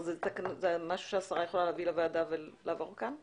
זה משהו שהשרה יכולה להביא לוועדה ולעבור כאן,